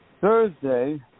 Thursday